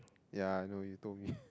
yeah I know you told me